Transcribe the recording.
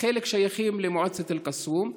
חלק שייכים למועצת אל-קסום,